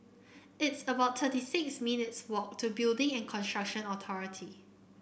it's about thirty six minutes' walk to Building and Construction Authority